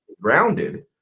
grounded